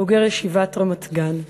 בוגר ישיבת רמת-גן.